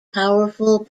powerful